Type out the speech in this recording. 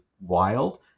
wild